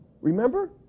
remember